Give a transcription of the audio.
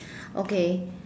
okay